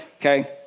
Okay